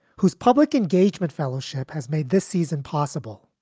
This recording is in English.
whose public engagement fellowship has made this season possible.